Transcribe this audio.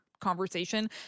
conversation